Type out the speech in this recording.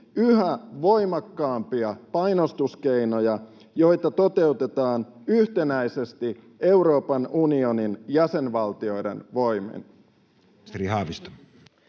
yhä voimakkaampia painostuskeinoja, joita toteutetaan yhtenäisesti Euroopan unionin jäsenvaltioiden voimin?